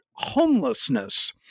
homelessness